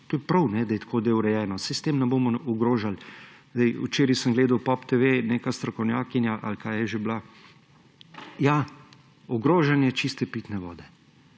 To je prav, da je tako urejeno, saj s tem ne bomo ogrožali. Včeraj sem gledal POP TV neka strokovnjakinja ali kaj je že bila – ja, ogrožanje čiste pitne vode.